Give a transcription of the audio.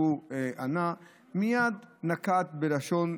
מייד הוא נקט לשון,